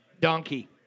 Donkey